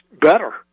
better